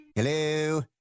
Hello